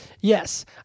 Yes